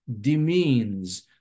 demeans